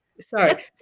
Sorry